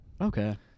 Okay